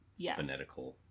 phonetical